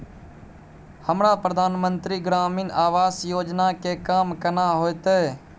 हमरा प्रधानमंत्री ग्रामीण आवास योजना के काम केना होतय?